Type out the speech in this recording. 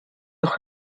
doch